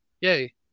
yay